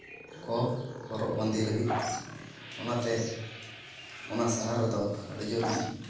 ᱠᱚ ᱦᱚᱨᱚᱜ ᱵᱟᱸᱫᱮ ᱞᱟᱹᱜᱤᱫ ᱚᱱᱟᱛᱮ ᱚᱱᱟ ᱥᱟᱦᱟᱨ ᱨᱮᱫᱚ ᱟᱹᱰᱤ ᱡᱳᱨ ᱤᱧ